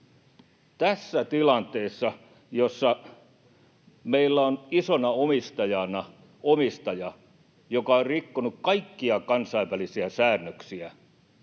Tässä tilanteessa, jossa meillä on isona omistajana omistaja, joka on rikkonut kaikkia kansainvälisiä säännöksiä,